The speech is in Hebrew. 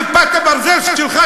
"כיפת הברזל" שלך,